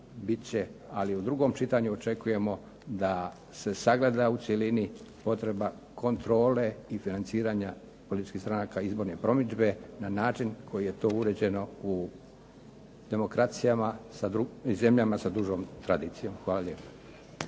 ali u drugom čitanju očekujemo da se sagleda u cjelini potreba kontrole i financiranja političkih stranaka izborne promidžbe na način na koji je to uređeno u demokracijama i zemljama sa dužom tradicijom. Hvala lijepo.